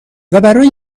برای